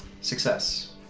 Success